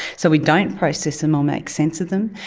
so we don't process them or make sense of them.